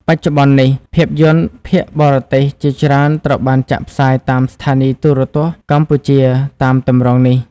បច្ចុប្បន្ននេះ ភាពយន្តភាគបរទេសជាច្រើនត្រូវបានចាក់ផ្សាយតាមស្ថានីយ៍ទូរទស្សន៍កម្ពុជាតាមទម្រង់នេះ។